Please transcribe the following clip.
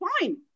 fine